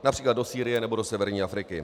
Například do Sýrie nebo do severní Afriky.